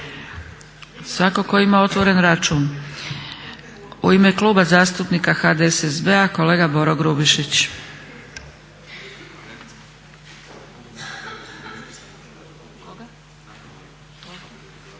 Svatko tko ima otvoren račun. U ime Kluba zastupnika HDSSB-a kolega Boro Grubišić. **Grubišić,